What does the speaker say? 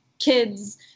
kids